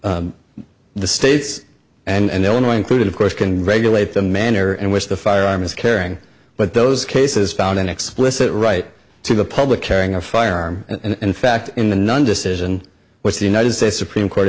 in the states and illinois included of course can regulate the manner in which the firearm is carrying but those cases found an explicit right to the public carrying a firearm and in fact in the non decision which the united states supreme court